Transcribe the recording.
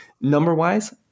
number-wise